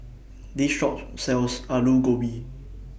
This Shop sells Aloo Gobi